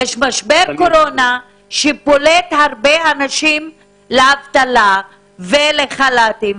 יש משבר קורונה שפולט הרבה אנשים לאבטלה ולחל"תים,